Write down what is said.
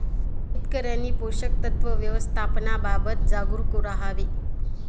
शेतकऱ्यांनी पोषक तत्व व्यवस्थापनाबाबत जागरूक राहावे